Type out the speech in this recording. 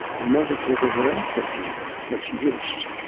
and might have taken her own specimens, had she wished.